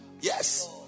Yes